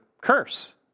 curse